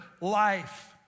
life